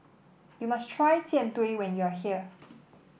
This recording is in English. you must try Jian Dui when you are here